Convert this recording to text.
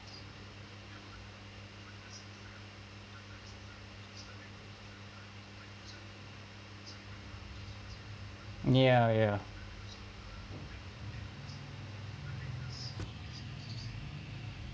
ya ya